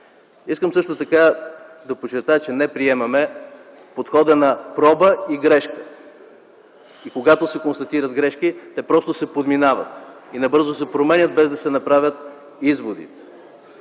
Искам също така да подчертая, че не приемаме подхода на проба и грешка. Когато се констатират грешки, те просто се подминават и набързо се променят, без да се направят изводи.